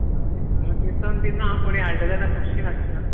हय हांगा किर्तन बी ना कोणेय हाडलें जाल्यार खोशेन हाडटा